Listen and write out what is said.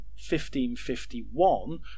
1551